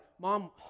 mom